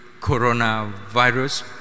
coronavirus